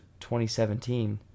2017